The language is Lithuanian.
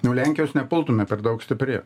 nu lenkijos nepultume per daug stipri